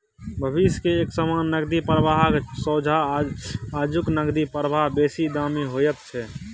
भविष्य के एक समान नकदी प्रवाहक सोंझा आजुक नकदी प्रवाह बेसी दामी होइत छै